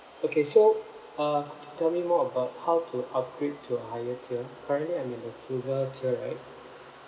okay so uh could you tell me more about how to upgrade to a higher tier currently I'm in the silver tier right